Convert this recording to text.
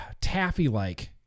taffy-like